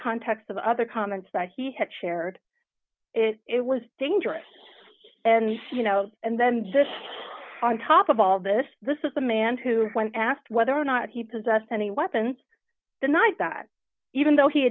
context of other comments that he had shared it was dangerous and you know and then just on top of all this this is a man who when asked whether or not he possessed any weapons the night that even though he